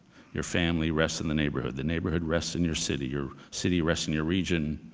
your family rests in the neighborhood. the neighborhood rests in your city. your city rests in your region.